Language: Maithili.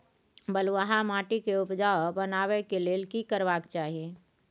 बालुहा माटी के उपजाउ बनाबै के लेल की करबा के चाही?